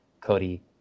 Cody